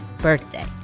birthday